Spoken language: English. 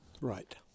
Right